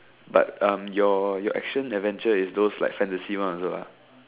but um your your action adventure is those like fantasy one also